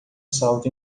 salto